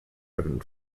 and